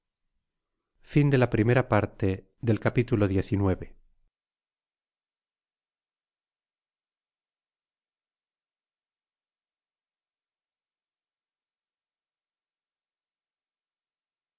la primera parte la